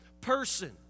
person